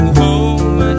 home